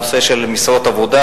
הנושא של משרות עבודה,